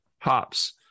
hops